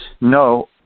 No